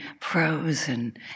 frozen